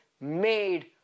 made